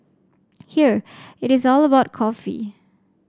here it is all about coffee